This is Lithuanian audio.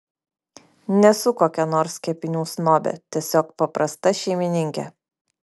nesu kokia nors kepinių snobė tiesiog paprasta šeimininkė